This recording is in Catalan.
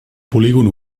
polígon